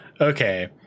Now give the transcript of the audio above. okay